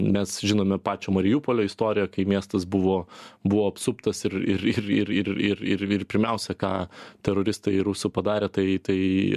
mes žinome pačio mariupolio istoriją kai miestas buvo buvo apsuptas ir ir ir ir ir ir ir ir pirmiausia ką teroristai rusų padarė tai tai